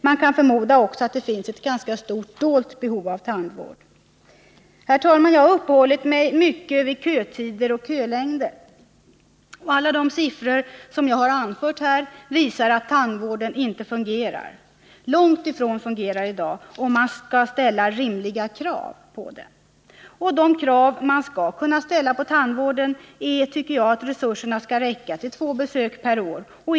Man kan också förmoda att det finns ett ganska stort dolt behov av tandvård. Herr talman! Jag har uppehållit mig mycket vid kötider och kölängder. Alla siffror som jag anfört visar att tandvården långt ifrån fungerar i dag, om man skall ställa rimliga krav på den. De krav man skall kunna ställa på tandvården är, tycker jag, att resurserna skall räcka till två besök per år för alla.